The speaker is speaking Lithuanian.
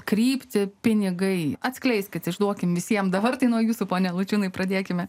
krypti pinigai atskleiskit išduokime visiems dabar tai nuo jūsų pone laučiūnai pradėkime